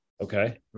okay